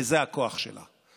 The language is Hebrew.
וזה הכוח שלה.